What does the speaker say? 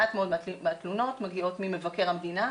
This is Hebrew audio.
מעט מאוד מהתלונות מגיעות ממבקר המדינה,